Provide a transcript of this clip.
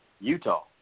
Utah